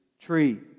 tree